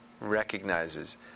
recognizes